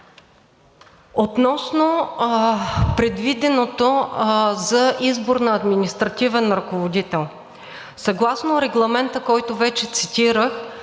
Относно предвиденото за избор на административен ръководител. Съгласно Регламента, който вече цитирах,